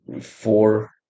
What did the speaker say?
four